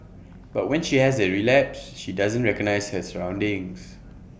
but when she has A relapse she doesn't recognise her surroundings